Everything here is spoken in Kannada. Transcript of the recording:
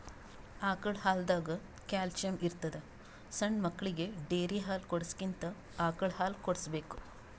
ಆಕಳ್ ಹಾಲ್ದಾಗ್ ಕ್ಯಾಲ್ಸಿಯಂ ಇರ್ತದ್ ಸಣ್ಣ್ ಮಕ್ಕಳಿಗ ಡೇರಿ ಹಾಲ್ ಕುಡ್ಸಕ್ಕಿಂತ ಆಕಳ್ ಹಾಲ್ ಕುಡ್ಸ್ಬೇಕ್